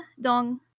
dong